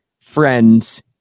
friends